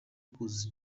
kuzuza